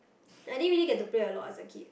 I didn't really get to play a lot as a kid